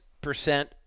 percent